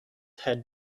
had